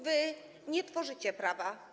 Wy nie tworzycie prawa.